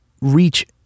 reach